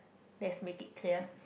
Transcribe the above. let's make it clear